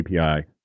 API